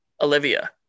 Olivia